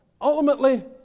ultimately